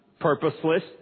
purposeless